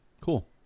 Cool